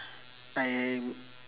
I